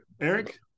Eric